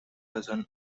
dozen